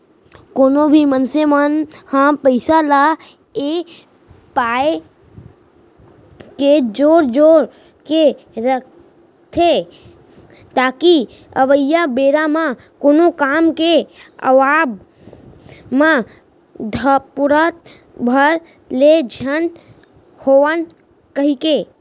कोनो भी मनसे मन ह पइसा ल ए पाय के जोर जोर के रखथे ताकि अवइया बेरा म कोनो काम के आवब म धपोरत भर ले झन होवन कहिके